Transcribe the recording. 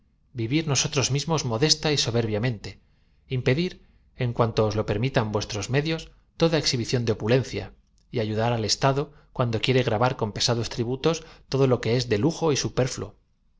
ir nosotros mismos modesta y soberbiamente impedir en cuanto os lo permitan vuestros medios toda exhibición de opulencia y ayudar al estado cuando quiere g ra v a r con pesados tributos todo lo que es de lujo y superfluo